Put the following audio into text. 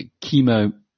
chemo